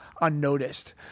unnoticed